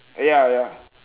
ya ya